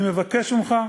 אני מבקש ממך,